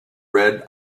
red